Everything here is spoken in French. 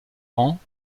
rangs